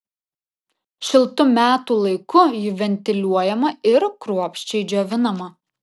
šiltu metų laiku ji ventiliuojama ir kruopščiai džiovinama